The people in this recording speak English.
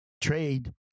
trade